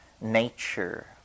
nature